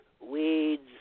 weeds